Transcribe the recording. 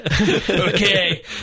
Okay